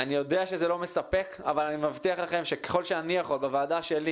אני יודע שזה לא מספק אבל אני מבטיח לכם שככל שאני יכול בוועדה שלי